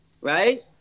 right